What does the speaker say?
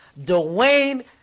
Dwayne